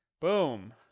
Boom